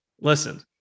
listen